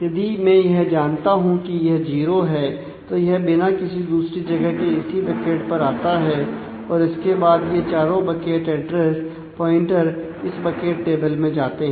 यदि मैं यह जानता हूं कि यह जीरो है तो यह बिना किसी दूसरी जगह के इसी बकेट पर आता है और इसके बाद यह चारों बकेट एड्रेस प्वाइंटर इस बकेट टेबल में जाते हैं